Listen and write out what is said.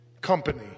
company